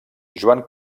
joan